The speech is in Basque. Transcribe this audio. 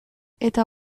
eta